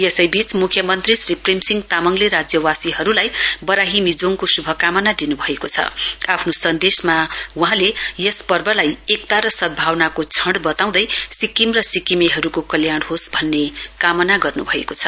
यसैबीच मुख्यमन्त्री श्री प्रेमसिंह तामाङले राज्यवासीहरूलाई बराहिमिजोडको शुभकामना दिनुभएको छ आफ्नो सन्देशमा वहाँले यस पर्वलाऐई एकता र सद्भावनाका क्षण बताउँदै सिक्किम र सिक्किमेहरूको कल्याण होस् भन्ने कामना गर्न्भएको छ